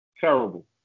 Terrible